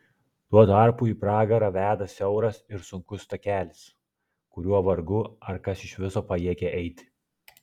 tuo tarpu į pragarą veda siauras ir sunkus takelis kuriuo vargu ar kas iš viso pajėgia eiti